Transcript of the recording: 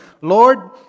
Lord